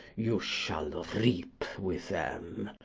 you shall reap with them!